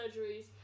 surgeries